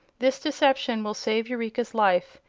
this deception will save eureka's life,